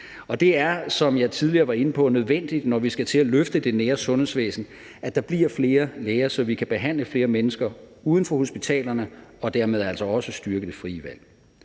det er, som jeg tidligere var inde på, nødvendigt, når vi skal til at løfte det nære sundhedsvæsen, at der bliver flere læger, så vi kan behandle flere mennesker uden for hospitalerne og dermed altså også styrke det frie valg.